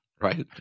right